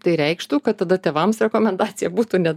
tai reikštų kad tada tėvams rekomendacija būtų ne